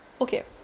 okay